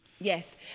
yes